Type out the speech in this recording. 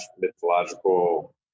mythological